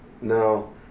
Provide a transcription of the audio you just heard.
No